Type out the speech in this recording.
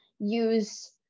use